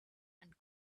and